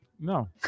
No